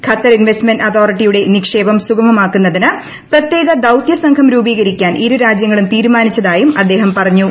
Qatar investment അതോറിറ്റിയുടെ നിക്ഷേപം സുഗമമാക്കുന്നതിന് പ്രത്യേക ദൌതൃ സംഘം രൂപീകരിക്കാൻ ഇരുരാജൃങ്ങളും തീരുമാനിച്ചതായും അദ്ദേഹം പറഞ്ഞു